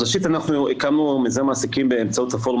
ראשית הקמנו מיזם מעסיקים באמצעות הפורום